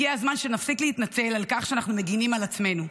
הגיע הזמן שנפסיק להתנצל על כך שאנחנו מגינים על עצמנו.